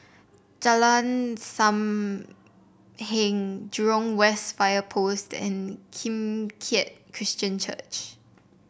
Jalan Sam Heng Jurong West Fire Post and Kim Keat Christian Church